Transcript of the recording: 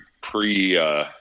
pre –